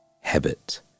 habit